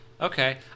Okay